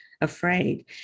afraid